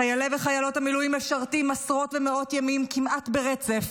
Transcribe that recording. חיילי וחיילות המילואים משרתים עשרות ומאות ימים כמעט ברצף,